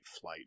flight